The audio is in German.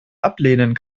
ablehnen